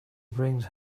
brings